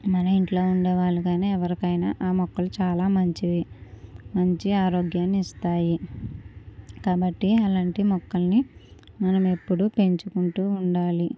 మన ఇంట్లో ఉండే వాళ్ళకైనా ఎవరికైనా ఆ మొక్కలు చాలా మంచివి మంచి ఆరోగ్యాన్ని ఇస్తాయి కాబట్టి అలాంటి మొక్కలని మనం ఎప్పుడు పెంచుకుంటూ ఉండాలి